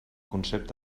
concepte